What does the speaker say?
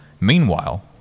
Meanwhile